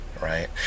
right